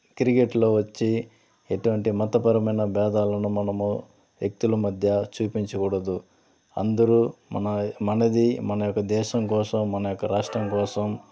క్రికెట్లో వచ్చి ఎటువంటి మతపరమైన భేదాలను మనము వ్యక్తుల మధ్య చూపించకూడదు అందరూ మన మనది మన యొక్క దేశం కోసం మన యొక్క రాష్ట్రం కోసం